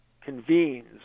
convenes